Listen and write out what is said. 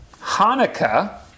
Hanukkah